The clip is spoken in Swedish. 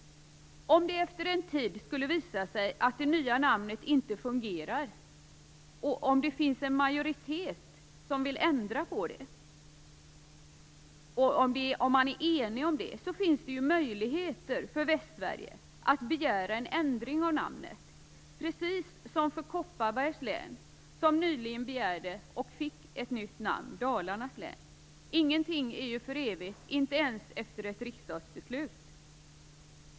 Om det efter en tid skulle visa sig att det nya namnet inte fungerar, om det finns en majoritet som vill ändra på det och om man är enig om det, finns möjligheten för Västsverige att begära ändring av namnet, precis som för Kopparbergs län som nyligen begärde och fick ett nytt namn - Dalarnas län. Ingenting är för evigt, inte ens efter ett riksdagsbeslut.